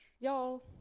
Y'all